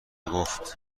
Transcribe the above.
گفت